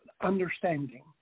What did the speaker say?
understanding